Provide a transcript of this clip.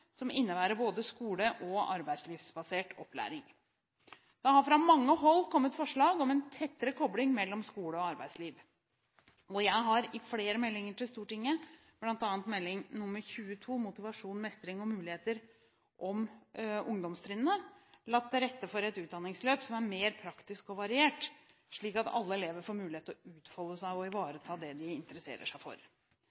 som innebærer både skole- og arbeidslivsbasert opplæring. Det har fra mange hold kommet forslag om en tettere kobling mellom skole og arbeidsliv. Jeg har i flere meldinger til Stortinget, bl.a. Meld. St. 22 for 2010–2011 Motivasjon–mestring–muligheter, om ungdomstrinnet, lagt til rette for et utdanningsløp som er mer praktisk og variert, slik at alle elever får mulighet til å utfolde seg og